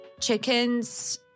chickens